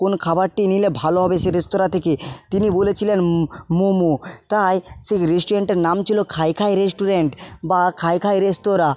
কোন খাবারটি নিলে ভালো হবে সেই রেস্তোরাঁ থেকে তিনি বলেছিলেন মোমো তাই সেই রেস্টুরেন্টটার নাম ছিলো খাই খাই রেস্টুরেন্ট বা খাই খাই রেস্তোরাঁ